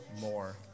more